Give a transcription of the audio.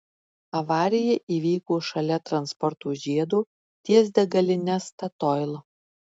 avarija įvyko šalia transporto žiedo ties degaline statoil